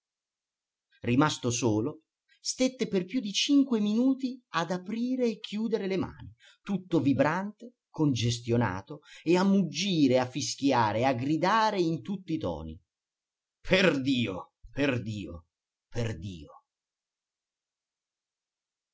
rimasto solo stette per più di cinque minuti ad aprire e chiudere le mani tutto vibrante congestionato e a muggire a fischiare a gridare in tutti i toni perdio perdio perdio